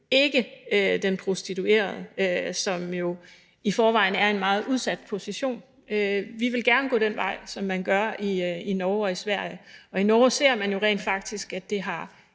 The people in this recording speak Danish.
ikke den prostituerede, som jo i forvejen er i en meget udsat position. Vi vil gerne gå den vej, som man går i Norge og i Sverige. I Norge ser man jo rent faktisk, at det har